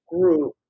group